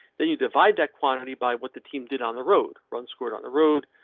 then you divide that quantity by what the team did on the road. runs scored on the road,